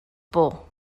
por